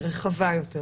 היא רחבה יותר,